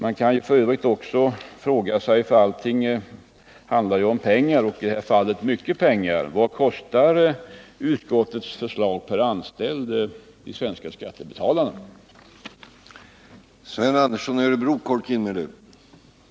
Allting handlar ju om pengar, i detta fall mycket pengar, och man kan verkligen ställa frågan: Vad kostar utskottets förslag de svenska skattebetalarna, räknat per anställd?